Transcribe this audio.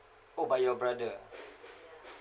oh by your brother ah